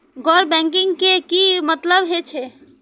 गैर बैंकिंग के की मतलब हे छे?